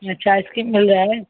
अच्छा आइसक्रीम मिल जाए